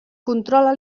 controla